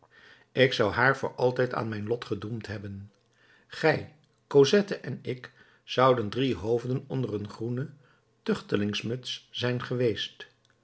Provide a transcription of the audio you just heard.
ik zou haar voor altijd aan mijn lot gedoemd hebben gij cosette en ik zouden drie hoofden onder een groene tuchtelingenmuts zijn geweest